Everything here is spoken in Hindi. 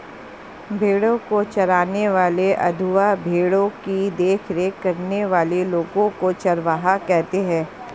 भेड़ों को चराने वाले अथवा भेड़ों की देखरेख करने वाले लोगों को चरवाहा कहते हैं